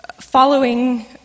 following